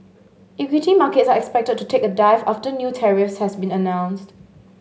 equity markets are expected to take a dive after new tariffs has been announced